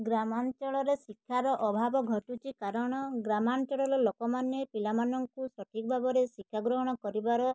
ଗ୍ରାମାଞ୍ଚଳରେ ଶିକ୍ଷାର ଅଭାବ ଘଟୁଛି କାରଣ ଗ୍ରାମାଞ୍ଚଳର ଲୋକମାନେ ପିଲାମାନଙ୍କୁ ସଠିକ୍ ଭାବରେ ଶିକ୍ଷା ଗ୍ରହଣ କରିବାର